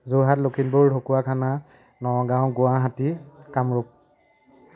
Jorhat Lakhimpur Dhakuakhana Nagaon Guwahati Kamrup